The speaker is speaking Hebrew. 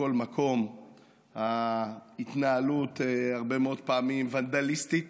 בכל מקום, ההתנהלות הרבה מאוד פעמים ונדליסטית,